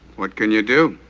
what can you do?